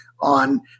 on